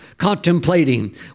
contemplating